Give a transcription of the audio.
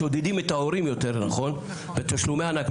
שודדים את ההורים יותר נכון, בתשלומי ענק.